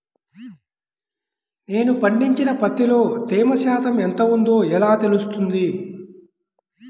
నేను పండించిన పత్తిలో తేమ శాతం ఎంత ఉందో ఎలా తెలుస్తుంది?